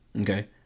Okay